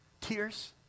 tears